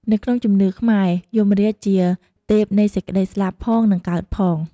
នៅក្នុងជំនឿខ្មែរ យមរាជជាទេពនៃសេចក្តីស្លាប់ផង និងកើតផង។